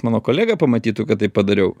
mano kolega pamatytų kad taip padariau